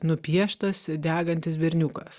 nupieštas degantis berniukas